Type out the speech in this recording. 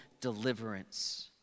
deliverance